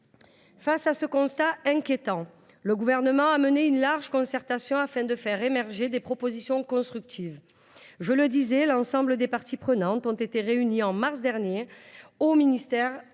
Face à ce constat inquiétant, le Gouvernement a mené une large concertation afin de faire émerger des propositions constructives. L’ensemble des parties prenantes ont été réunies en mars dernier au ministère